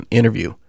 interview